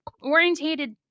orientated